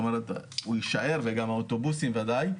כלומר הוא יישאר וגם האוטובוסים בוודאי,